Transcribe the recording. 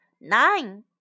nine